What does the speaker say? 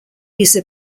laser